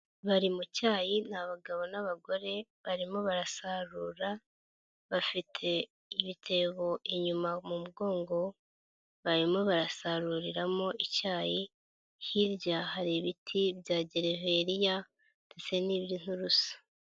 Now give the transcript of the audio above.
Bari mu cyayi ni abagabo n'abagore, barimo barasarura, bafite ibitebo inyuma mu mugongo, barimo barasaruriramo icyayi, hirya hari ibiti bya Gereveriya ndetse n'iby'Inturusu.